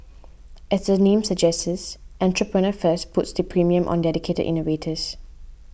as the name suggests Entrepreneur First puts the premium on dedicated innovators